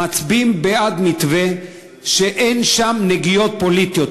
מצביעות בעד מתווה שאין שם נגיעות פוליטיות,